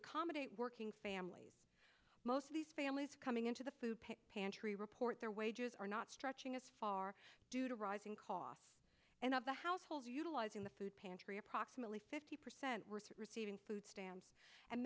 accommodate working families most of these families coming into the food pantry report their wages are not stretching as far do to rising costs and of the household utilizing the food pantry approximately fifty percent were receiving food stamps and